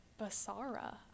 Basara